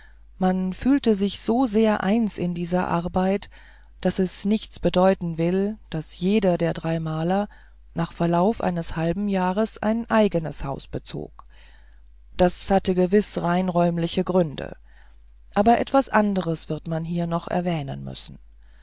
man fühlte sich so sehr eins in dieser arbeit daß es nichts bedeuten will daß jeder der drei maler nach verlauf eines halben jahres ein eigenes haus bezog das hatte gewiß rein räumliche gründe aber etwas anderes wird man hier doch erwähnen müssen